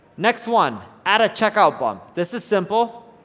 next one, add a check out bump. this is simple,